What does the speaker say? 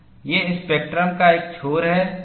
यह स्पेक्ट्रम का एक छोर है